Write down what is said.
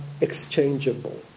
exchangeable